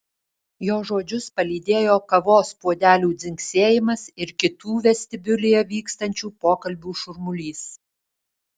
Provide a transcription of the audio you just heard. jo žodžius palydėjo kavos puodelių dzingsėjimas ir kitų vestibiulyje vykstančių pokalbių šurmulys